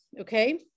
Okay